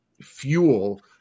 fuel